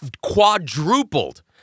quadrupled